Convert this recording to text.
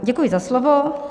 Děkuji za slovo.